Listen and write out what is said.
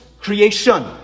creation